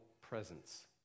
presence